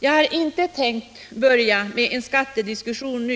Jag har inte tänkt börja en skattediskussion,